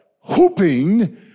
hooping